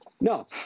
No